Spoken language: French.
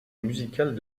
musicale